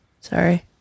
Sorry